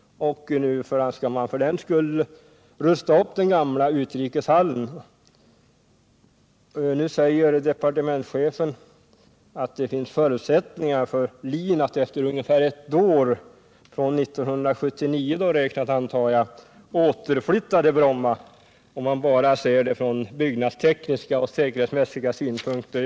Nu önskar man för den skull rusta upp den gamla utrikeshallen. Departementschefen anser att det finns förutsättningar för LIN att efter ungefär ett år — från 1979 räknat, antar jag — återflytta till Bromma om man bara ser det från byggnadstekniska och säkerhetsmässiga synpunkter.